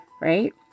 right